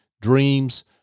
dreams